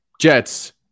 Jets